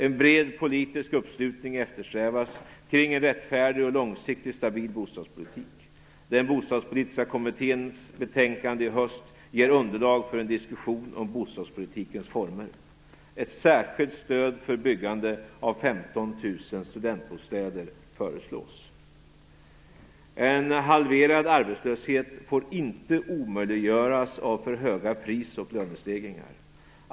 En bred politisk uppslutning eftersträvas kring en rättfärdig och långsiktigt stabil bostadspolitik. Den bostadspolitiska kommitténs betänkande i höst ger underlag för en diskussion om bostadspolitikens former. Ett särskilt stöd för byggande av 15 000 studentbostäder föreslås. En halverad arbetslöshet får inte omöjliggöras av för höga pris och lönestegringar.